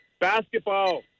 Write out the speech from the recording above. basketball